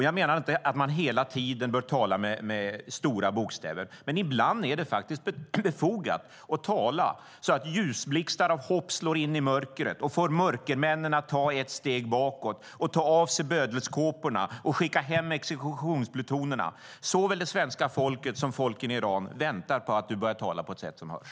Jag menar inte att man hela tiden bör tala med stora bokstäver. Men ibland är det befogat att tala så att ljusblixtar av hopp slår in i mörkret och får mörkermännen att ta ett steg bakåt, ta av sig bödelskåporna och skicka hem exekutionsplutonerna. Såväl det svenska folket som folken i Iran väntar på att du börjar tala på ett sätt som hörs.